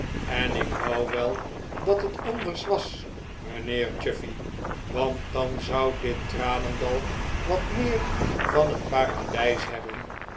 en ik wou wel dat het anders was mijnheer chuffey want dan zou dit tranendal wat meer van een paradijs hebben